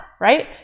Right